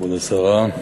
כבוד השרה,